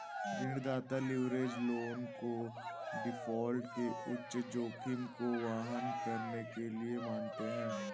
ऋणदाता leverage loan को default के उच्च जोखिम को वहन करने के लिए मानते हैं